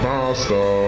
Master